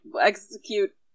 execute